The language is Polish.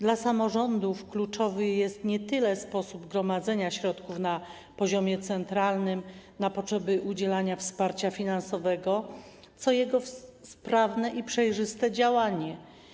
Dla samorządów kluczowy jest nie tyle sposób gromadzenia środków na poziomie centralnym na potrzeby udzielania wsparcia finansowego, co sprawne i przejrzyste działanie.